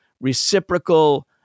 reciprocal